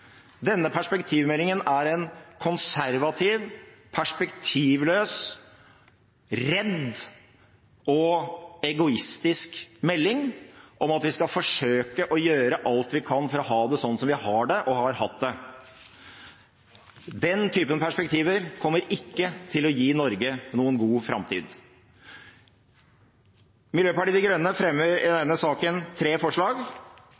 Denne perspektivmeldingen er en konservativ, perspektivløs, redd og egoistisk melding om at vi skal forsøke å gjøre alt vi kan for å ha det sånn som vi har det, og har hatt det. Den typen perspektiver kommer ikke til å gi Norge noen god framtid. Miljøpartiet De Grønne tar i denne saken opp tre forslag.